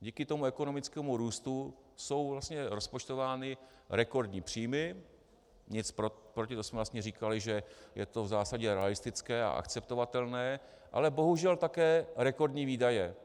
Díky ekonomickému růstu jsou vlastně rozpočtovány rekordní příjmy nic proti, to jsme vlastně říkali, že je to v zásadě realistické a akceptovatelné , ale bohužel také rekordní výdaje.